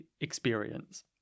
experience